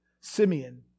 Simeon